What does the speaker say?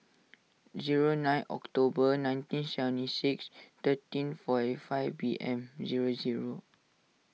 zero nine October nineteen seventy six thirteen forty five P M zero zero